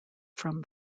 from